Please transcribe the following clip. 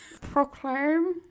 proclaim